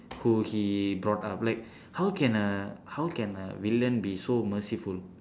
who he brought up like how can a how can a villain be so merciful